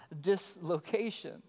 dislocation